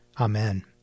Amen